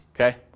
Okay